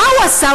ומה הוא עשה?